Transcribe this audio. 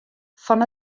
fan